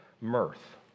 mirth